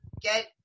get